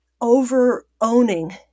over-owning